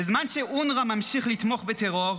בזמן שאונר"א ממשיך לתמוך בטרור,